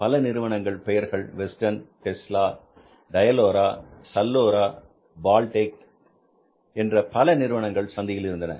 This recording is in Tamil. பல நிறுவனங்கள் பெயர்கள் வெஸ்டர்ன் டெஸ்லா டயல்ல்லோரா சல்ல்லோரா பால்டேக் என்ற பல நிறுவனங்கள் சந்தையில் இருந்தன